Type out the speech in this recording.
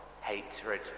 hatred